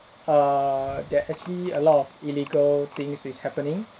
err there're actually a lot of illegal things which happening